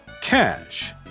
Cash